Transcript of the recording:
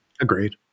Agreed